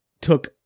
took